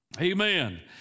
Amen